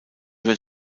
wird